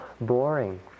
boring